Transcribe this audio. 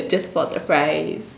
just for the fries